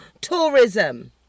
tourism